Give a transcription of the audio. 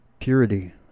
purity